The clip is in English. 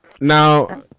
Now